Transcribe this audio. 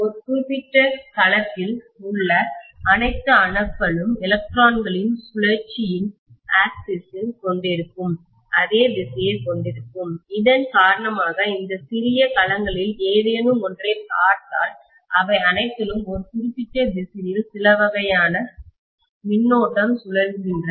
ஒரு குறிப்பிட்ட டொமைனில் களத்தில் உள்ள அனைத்து அணுக்களும் எலக்ட்ரான்களின் சுழற்சியின் அச்சு ஆக்சிஸ் கொண்டிருக்கும் அதே திசையை கொண்டிருக்கும் இதன் காரணமாக இந்த சிறிய களங்களில் ஏதேனும் ஒன்றைப் பார்த்தால் அவை அனைத்திலும் ஒரு குறிப்பிட்ட திசையில் சிலவகையான கரண்ட் மின்னோட்டம் சுழல்கின்றன